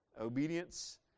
obedience